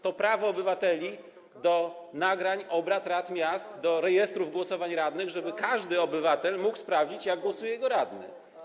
To prawo dostępu obywateli do nagrań z obrad rad miast, do rejestru głosowań radnych, żeby każdy obywatel mógł sprawdzić, jak głosuje jego radny.